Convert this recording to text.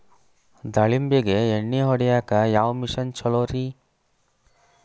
ದಾಳಿಂಬಿಗೆ ಎಣ್ಣಿ ಹೊಡಿಯಾಕ ಯಾವ ಮಿಷನ್ ಛಲೋರಿ?